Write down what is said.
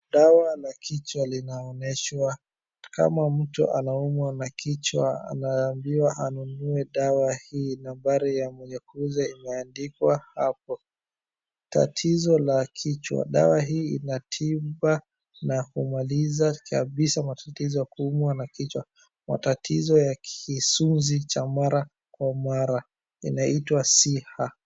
Dawa la kichwa linaonyeshwa, Kama mtu anaumwa na kichwa anaambiwa ananunue dawa hii, Nambari ya mwenye kuuza imeandikwa hapo. Tatizo la kichwa dawa hii inatiba na umaliza kabisa matatizo ya kuumwa na kichwa. Matizo ya kisunzi cha mara kwa mara inaitwa siha.